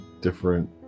different